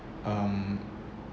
um